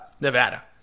Nevada